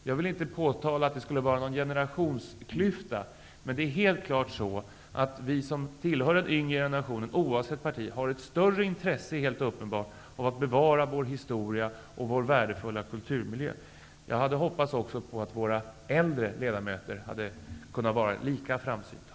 Jag vill inte påtala att det skulle vara någon generationsklyfta här, men helt klart är att vi som tillhör den yngre generationen oavsett parti uppenbarligen har ett större intresse av att bevara vår historia och vår värdefulla kulturmiljö. Jag hade hoppats att våra äldre ledamöter hade kunnat vara lika framsynta.